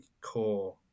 Core